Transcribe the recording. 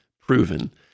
proven